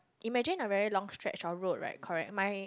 imagine a very long stretch of road right correct my